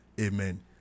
Amen